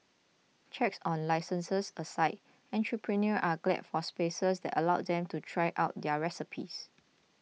checks on licences aside entrepreneurs are glad for spaces that allow them to try out their recipes